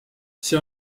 see